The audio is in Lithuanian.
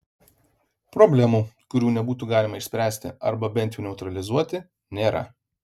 problemų kurių nebūtų galima išspręsti arba bent jau neutralizuoti nėra